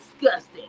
disgusting